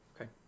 Okay